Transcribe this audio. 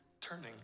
turning